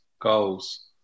goals